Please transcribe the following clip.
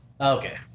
Okay